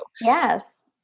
Yes